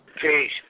Peace